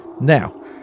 Now